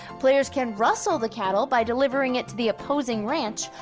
players can rustle the cattle by delivering it to the opposing ranch,